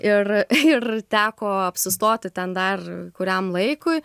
ir ir teko apsistoti ten dar kuriam laikui